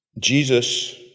Jesus